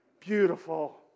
beautiful